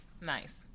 nice